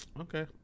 Okay